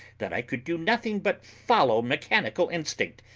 that i could do nothing but follow mechanical instinct,